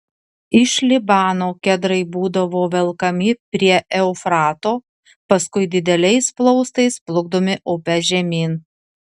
iš libano kedrai būdavo velkami prie eufrato paskui dideliais plaustais plukdomi upe žemyn